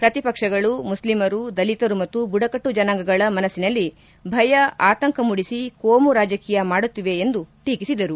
ಪ್ರತಿಪಕ್ಷಗಳು ಮುಸ್ಲಿಮರು ದಲಿತರು ಮತ್ತು ಬುಡಕಟ್ಟು ಜನಾಂಗಗಳ ಮನಸ್ಲಿನಲ್ಲಿ ಭಯ ಆತಂಕ ಮೂಡಿಸಿ ಕೋಮು ರಾಜಕೀಯ ಮಾಡುತ್ತಿವೆ ಎಂದು ಟೀಕಿಸಿದರು